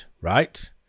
right